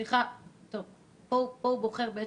בעמוד הבא הוא בוחר את